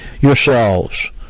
yourselves